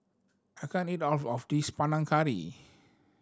I can't eat all of this Panang Curry